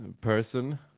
person